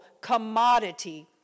commodity